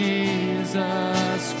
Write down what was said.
Jesus